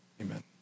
amen